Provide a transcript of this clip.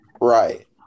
Right